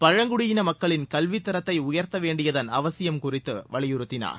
பழங்குடியின மக்களின் கல்வித்ததரத்தை உயர்த்த வேண்டியதன் அவசியம் குறித்து அவர் வலியுறுத்தினார்